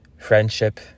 Friendship